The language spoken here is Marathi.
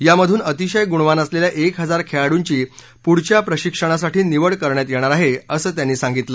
यामधून अतिशय गुणवान असलेल्या एक हजार खेळाडूंची पुढच्या प्रशिक्षणासाठी निवड करण्यात येणार आहे असं त्यांनी सांगितलं